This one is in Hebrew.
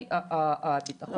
גורמי הביטחון.